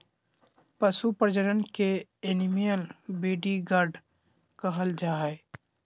पशु प्रजनन के ही एनिमल ब्रीडिंग कहल जा हय